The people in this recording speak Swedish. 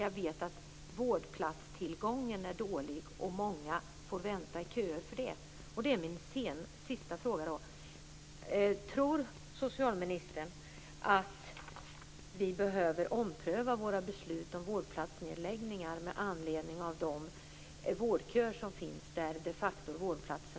Jag vet att vårdplatstillgången är dålig och att många får vänta i köer.